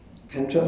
hm